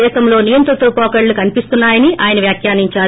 దేశంలో నియంతృత్వ వోకడలు కన్సిస్తున్నాయని ఆయన వ్యాఖ్యానించారు